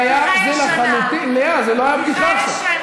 אדוני היושב-ראש,